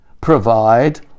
provide